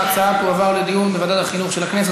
ההצעה תועבר לדיון בוועדת החינוך של הכנסת.